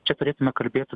čia turėtume kalbėt